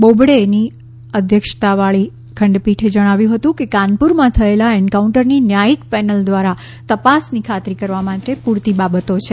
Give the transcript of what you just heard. બોબડેની અધ્યક્ષતાવાળી ખંડપીઠે જણાવ્યું હતું કે કાનપુરમાં થયેલા એન્કાઉન્ટરની ન્યાયિક પેનલ દ્વારા તપાસની ખાતરી કરવા માટે પૂરતી બાબતો છે